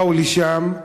באו לשם.